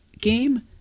game